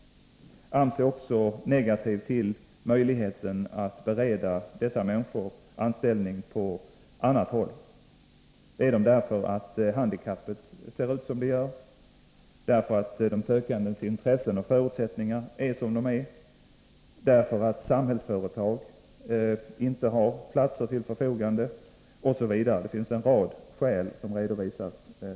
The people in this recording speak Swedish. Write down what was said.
AMS ser också negativt på möjligheten att bereda dessa människor anställning på annat håll. Orsakerna härtill är många: att handikappet ser ut som det gör, att de arbetssökandes intressen och förutsättningar är som de är, att Samhällsföretag inte har platser till förfogande osv. En rad skäl har redovisats.